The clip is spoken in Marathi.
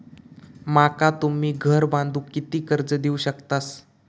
माका तुम्ही घर बांधूक किती कर्ज देवू शकतास?